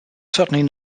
certainly